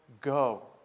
go